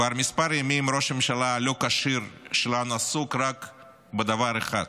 כבר כמה ימים ראש הממשלה הלא-כשיר שלנו עסוק רק בדבר אחד: